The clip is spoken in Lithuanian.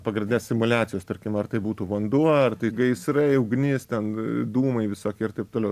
pagrinde simuliacijos tarkim ar tai būtų vanduo ar tai gaisrai ugnis ten dūmai visokie ir taip toliau